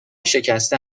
شکسته